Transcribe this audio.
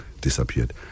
disappeared